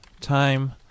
time